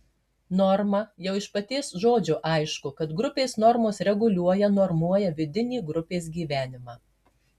norma jau iš paties žodžio aišku kad grupės normos reguliuoja normuoja vidinį grupės gyvenimą